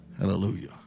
Hallelujah